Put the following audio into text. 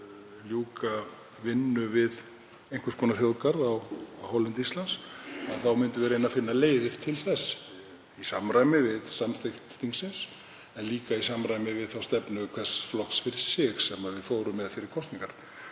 ljúka vinnu við einhvers konar þjóðgarð á hálendi Íslands, þá myndum við reyna að finna leiðir til þess í samræmi við samþykkt þingsins en líka í samræmi við stefnu hvers flokks fyrir sig sem við fórum með út í kosningar.